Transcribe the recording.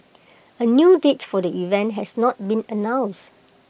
A new date for the event has not been announced